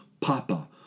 Papa